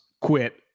quit